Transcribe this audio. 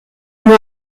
nur